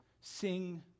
Sing